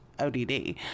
ODD